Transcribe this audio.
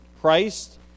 Christ